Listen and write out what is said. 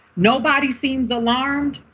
nobody seems alarmed.